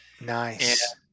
Nice